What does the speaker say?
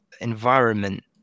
environment